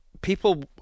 people